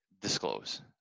disclose